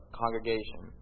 congregation